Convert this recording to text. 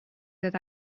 that